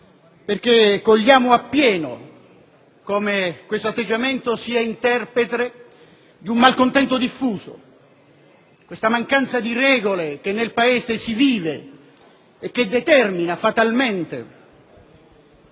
perché cogliamo appieno come esso sia interprete di un malcontento diffuso; questa mancanza di regole che nel Paese si vive e che determina fatalmente